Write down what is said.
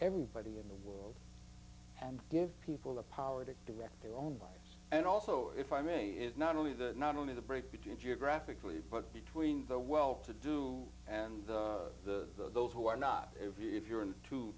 everybody in the world and give people the power to direct their own life and also if i may is not only that not only the break between geographically but between the well to do and the those who are not a view if you're in t